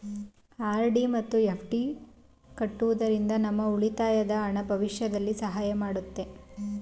RD ಮತ್ತು FD ಕಟ್ಟುವುದರಿಂದ ನಮ್ಮ ಉಳಿತಾಯದ ಹಣ ಭವಿಷ್ಯದಲ್ಲಿ ಸಹಾಯ ಮಾಡುತ್ತೆ